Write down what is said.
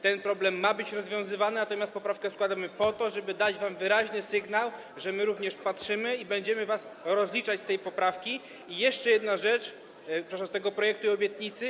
Ten problem ma być rozwiązywany, natomiast poprawkę składamy po to, żeby dać wam wyraźny sygnał, że my również patrzymy i będziemy was rozliczać z tej poprawki, przepraszam, z tego projektu i obietnicy.